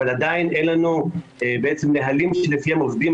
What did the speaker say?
אבל עדיין אין לנו נהלים שלפיהם עובדים.